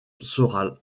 sera